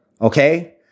Okay